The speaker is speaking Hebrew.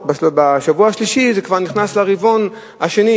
ובשבוע השלישי זה כבר נכנס לרבעון השני.